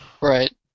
Right